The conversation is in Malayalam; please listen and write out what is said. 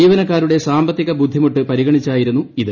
ജീവനക്കാരുടെ സാമ്പത്തിക ബുദ്ധിമുട്ട് പരിഗണിച്ചായിരുന്നു ഇത്